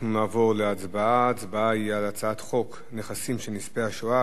אנחנו נעבור להצבעה על הצעת חוק נכסים של נספי השואה